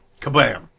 Kabam